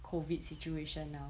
COVID situation now